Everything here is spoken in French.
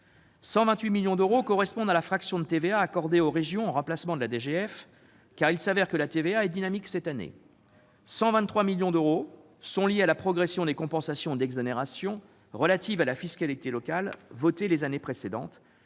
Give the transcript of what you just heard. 128 millions d'euros correspondent à la fraction de TVA accordée aux régions en remplacement de la DGF, car la TVA cette année est dynamique. Enfin, 123 millions d'euros sont liés à la progression des compensations d'exonérations relatives à la fiscalité locale votées les années précédentes,